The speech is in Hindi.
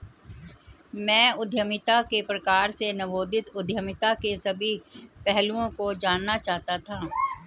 मैं उद्यमिता के प्रकार में नवोदित उद्यमिता के सभी पहलुओं को जानना चाहता था